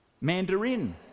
Mandarin